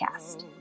podcast